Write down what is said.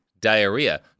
Diarrhea